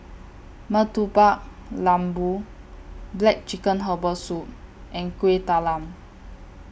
Murtabak Lembu Black Chicken Herbal Soup and Kueh Talam